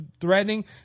threatening